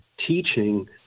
teaching